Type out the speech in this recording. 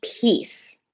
peace